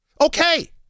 Okay